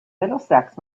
middlesex